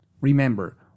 Remember